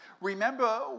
Remember